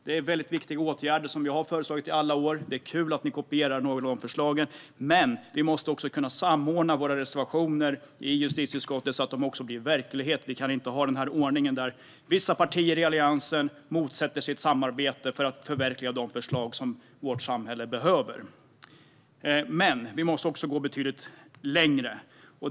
Det är väldigt viktiga åtgärder, som vi har föreslagit i alla år. Det är kul att ni kopierar några av förslagen. Men vi måste också kunna samordna våra reservationer i justitieutskottet så att detta blir verklighet. Vi kan inte ha den ordningen där vissa partier i Alliansen motsätter sig ett samarbete för att förverkliga de förslag som vårt samhälle behöver. Vi måste också gå betydligt längre.